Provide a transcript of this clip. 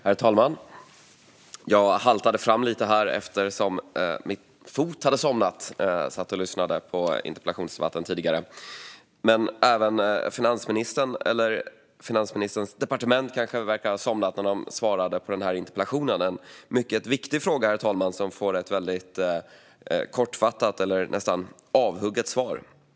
Herr talman! Jag haltade fram eftersom min fot somnade när jag satt och lyssnade på tidigare interpellationsdebatter. Även finansministern eller kanske finansministerns departement verkar ha somnat när de svarade på min interpellation. Det är en mycket viktig fråga, herr talman, som får ett mycket kortfattat, nästan avhugget, svar.